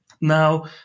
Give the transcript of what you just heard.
Now